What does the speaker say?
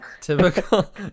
Typical